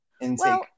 intake